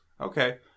Okay